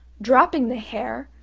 dropping the hare,